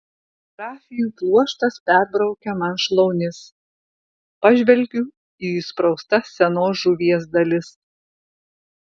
rafijų pluoštas perbraukia man šlaunis pažvelgiu į įspraustas senos žuvies dalis